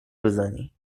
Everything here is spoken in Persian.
بزنی